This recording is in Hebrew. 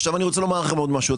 עכשיו אני רוצה לומר לכם עוד משהו.